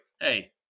Hey